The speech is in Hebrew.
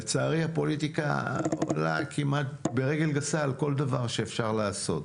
לצערי הפוליטיקה עולה כמעט ברגל גסה על כל דבר שאפשר לעשות.